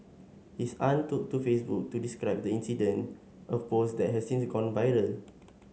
his aunt took to Facebook to describe the incident a post that has since gone viral